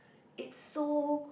it's so